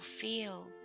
feel